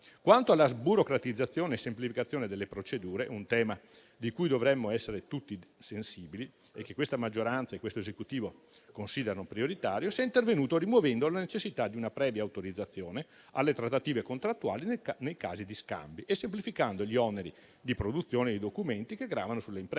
Quanto alla sburocratizzazione e alla semplificazione delle procedure, un tema a cui dovremmo essere tutti sensibili e che questa maggioranza e questo Esecutivo considerano prioritario, si è intervenuti rimuovendo la necessità di una previa autorizzazione delle trattative contrattuali nei casi di scambi e semplificando gli oneri di produzione di documenti che gravano sulle imprese,